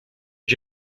are